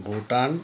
Bhutan